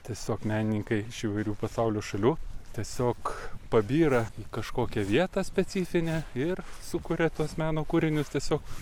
tiesiog menininkai iš įvairių pasaulio šalių tiesiog pabyra į kažkokią vietą specifinę ir sukuria tuos meno kūrinius tiesiog